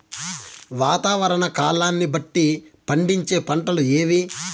వాతావరణ కాలాన్ని బట్టి పండించే పంటలు ఏవి?